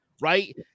right